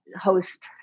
host